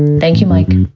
thank you, mike